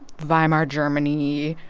weimar germany,